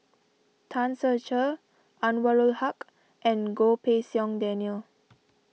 Tan Ser Cher Anwarul Haque and Goh Pei Siong Daniel